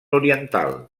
oriental